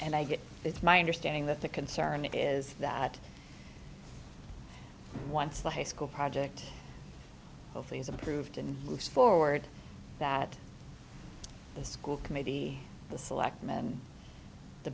and i get it's my understanding that the concern is that once the high school project hopefully is approved and moves forward that the school committee the selectmen the